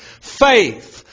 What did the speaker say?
Faith